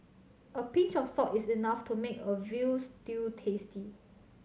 a pinch of salt is enough to make a veal stew tasty